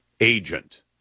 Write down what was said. agent